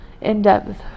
in-depth